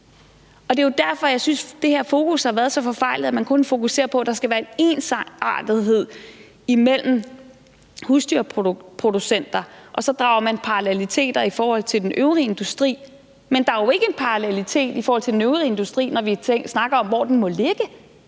at det her fokus har været så forfejlet, fordi man kun fokuserer på, at der skal være en ensartethed og parallelitet imellem husdyrproducenter og den øvrige industri. Men der er jo ikke parallelitet i forhold til den øvrige industri, når vi snakker om, hvor den må ligge,